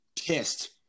pissed